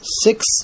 six